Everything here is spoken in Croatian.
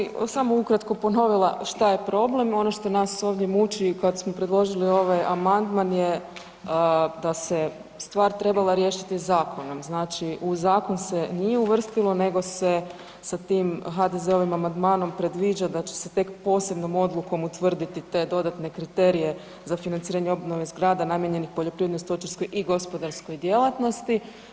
Ma evo samo bi ukratko ponovila šta je problem, ono što nas ovdje muči kad smo predložili ovaj amandman je da se stvar trebala riješiti zakonom, znači u zakon se nije uvrstilo nego se sa tim HDZ-ovim amandmanom predviđa da će se tek posebnom odlukom utvrditi te dodatne kriterije za financiranje obnove zgrada namijenjenih poljoprivrednoj, stočarskoj i gospodarskoj djelatnosti.